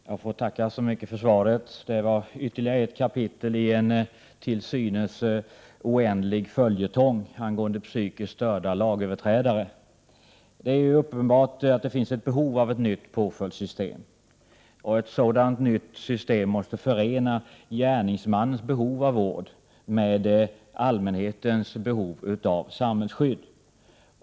Herr talman! Jag ber att få tacka för svaret. Det är ytterligare ett kapitel i en till synes oändlig följetong angående psykiskt störda lagöverträdare. Uppenbarligen finns ett behov av ett nytt påföljdssystem. Ett sådant måste förena gärningsmannens behov av vård med allmänhetens behov av samhällets skydd.